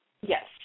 Yes